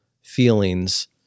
feelings